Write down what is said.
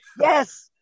Yes